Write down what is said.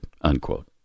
unquote